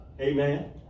Amen